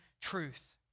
truth